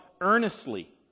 earnestly